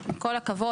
עם כל הכבוד,